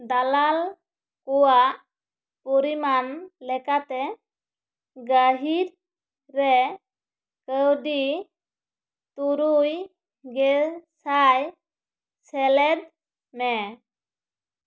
ᱫᱟᱞᱟᱞ ᱠᱚᱣᱟᱜ ᱯᱚᱨᱤᱢᱟᱱ ᱞᱮᱠᱟᱛᱮ ᱜᱟᱦᱤᱨ ᱨᱮ ᱠᱟᱹᱣᱰᱤ ᱛᱩᱨᱩᱭ ᱜᱮᱞ ᱥᱟᱭ ᱥᱮᱞᱮᱫᱽ ᱢᱮ